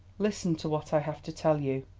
listen to what i have to tell you.